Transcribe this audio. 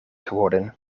geworden